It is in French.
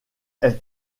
elle